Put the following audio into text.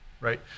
right